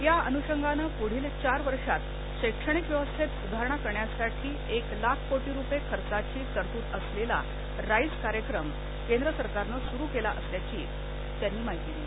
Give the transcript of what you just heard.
या अनुशंगानं पुढील चार वर्षात शैक्षणिक व्यवस्थेत सुधारणा करण्यासाठी एक लाख कोटी रुपये खर्चाची तरतूद असलेल्या राईज कार्यक्रम केंद्र सरकारनं सुरू केला असल्याचं त्यांनी सांगितलं